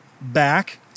back